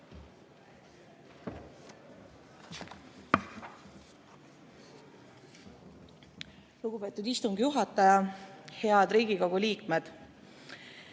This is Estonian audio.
Lugupeetud istungi juhataja! Head Riigikogu liikmed!